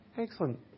Excellent